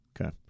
Okay